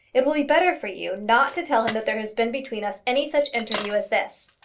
it will be better for you not to tell him that there has been between us any such interview as this.